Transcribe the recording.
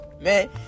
Man